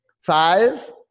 Five